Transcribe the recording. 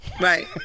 Right